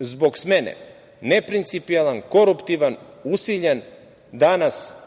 zbog smene, neprincipijelan, koruptivan, usiljen, danas radi